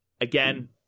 again